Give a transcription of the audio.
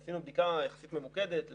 עשינו בדיקה יחסית ממוקדת - שם,